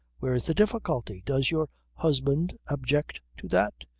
where's the difficulty? does your husband object to that?